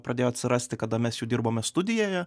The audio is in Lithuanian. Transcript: pradėjo atsirasti kada mes jau dirbome studijoje